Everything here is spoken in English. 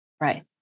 right